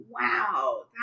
wow